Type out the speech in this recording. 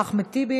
אחמד טיבי,